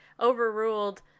overruled